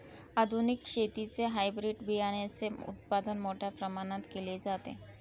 आधुनिक शेतीत हायब्रिड बियाणाचे उत्पादन मोठ्या प्रमाणात केले जाते